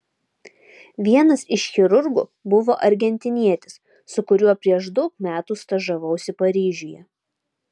vienas iš chirurgų buvo argentinietis su kuriuo prieš daug metų stažavausi paryžiuje